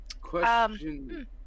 Question